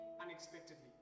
unexpectedly